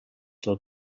del